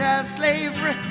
Slavery